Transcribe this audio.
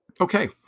Okay